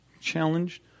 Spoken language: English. challenged